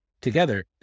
Together